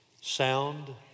sound